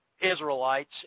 Israelites